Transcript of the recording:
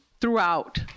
throughout